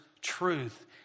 truth